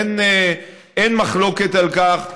אין מחלוקת על כך.